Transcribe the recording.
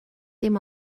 dim